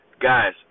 Guys